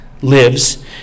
lives